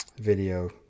video